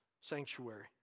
sanctuary